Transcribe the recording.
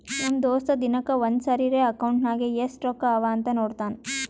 ನಮ್ ದೋಸ್ತ ದಿನಕ್ಕ ಒಂದ್ ಸರಿರೇ ಅಕೌಂಟ್ನಾಗ್ ಎಸ್ಟ್ ರೊಕ್ಕಾ ಅವಾ ಅಂತ್ ನೋಡ್ತಾನ್